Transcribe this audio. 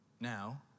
Now